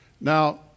Now